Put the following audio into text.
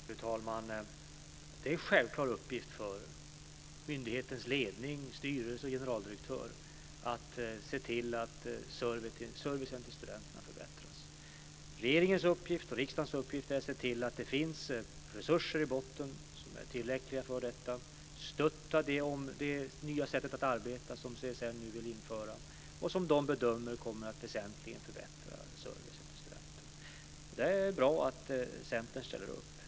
Fru talman! Det är en självklar uppgift för myndighetens ledning, styrelse och generaldirektör, att se till att servicen till studenterna förbättras. Regeringens och riksdagens uppgift är att se till att det finns resurser i botten som är tillräckliga för detta, stötta det nya sätt att arbeta som CSN nu vill införa och som CSN bedömer väsentligen kommer att förbättra servicen för studenterna. Det är bra att Centern ställer upp.